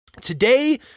Today